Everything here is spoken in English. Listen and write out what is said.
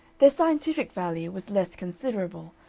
their scientific value was less considerable,